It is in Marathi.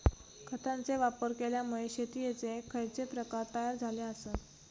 खतांचे वापर केल्यामुळे शेतीयेचे खैचे प्रकार तयार झाले आसत?